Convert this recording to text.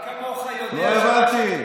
לא הבנתי.